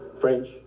French